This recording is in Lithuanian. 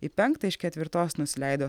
į penktą iš ketvirtos nusileido